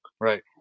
Right